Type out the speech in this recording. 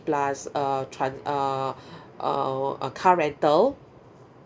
plus uh trans~ uh uh a car rental